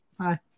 Hi